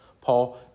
Paul